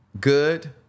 good